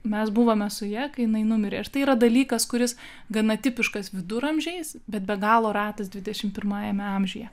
mes buvome su ja kai jinai numirė ir tai yra dalykas kuris gana tipiškas viduramžiais bet be galo ratas dvidešimt pirmajame amžiuje